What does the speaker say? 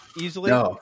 easily